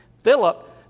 Philip